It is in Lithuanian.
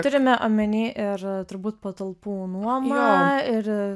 turime omeny ir turbūt patalpų nuoma ir